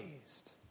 raised